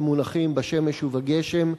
והם מונחים בשמש ובגשם,